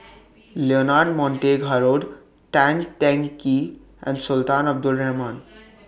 Leonard Montague Harrod Tan Teng Kee and Sultan Abdul Rahman